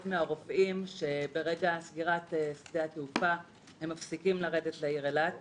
מהרופאים שברגע סגירת שדה התעופה הם מפסיקים לרדת לעיר אילת לעבודה.